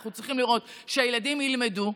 אנחנו צריכים לראות שהילדים ילמדו,